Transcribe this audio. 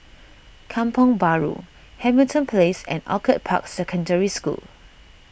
Kampong Bahru Hamilton Place and Orchid Park Secondary School